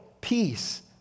peace